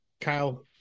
Kyle